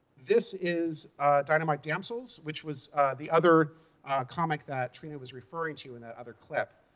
this is dynamite damsels, which was the other comic that trina was referring to in that other clip.